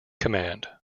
command